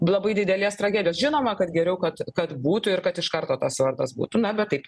labai didelės tragedijos žinoma kad geriau kad kad būtų ir kad iš karto tas vardas būtų na bet taip